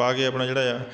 ਪਾ ਕੇ ਆਪਣਾ ਜਿਹੜਾ ਹੈ